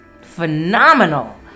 phenomenal